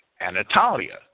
Anatolia